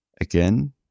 again